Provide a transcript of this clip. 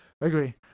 agree